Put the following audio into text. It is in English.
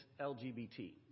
LGBT